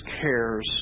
cares